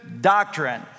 doctrine